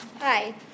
Hi